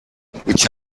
which